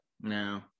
No